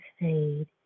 fade